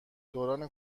دوران